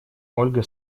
ольга